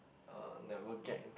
uh never get into